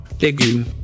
légumes